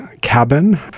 cabin